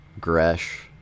Gresh